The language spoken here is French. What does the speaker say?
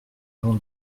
l’on